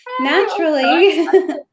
naturally